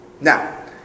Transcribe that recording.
Now